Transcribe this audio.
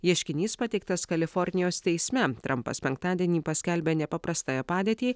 ieškinys pateiktas kalifornijos teisme trampas penktadienį paskelbė nepaprastąją padėtį